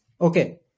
okay